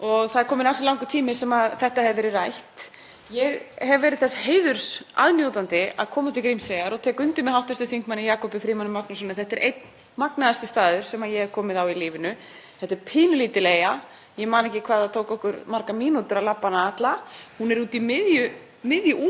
magnaðasti staður sem ég hef komið á í lífinu. Þetta er pínulítil eyja, ég man ekki hvað það tók okkur margar mínútur að labba hana alla, hún er úti í miðju úthafi. Þetta er rosalega mögnuð upplifun. Það er ótrúlegt að koma þangað. Og í ljósi þess sem hv. þm. Bryndís Haraldsdóttir sagði vil ég nefna að ég kom þangað í lok desember